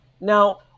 Now